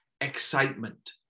excitement